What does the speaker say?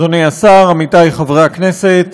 אדוני השר, עמיתי חברי הכנסת,